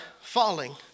falling